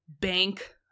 bank